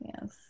Yes